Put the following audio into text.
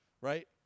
Right